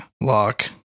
lock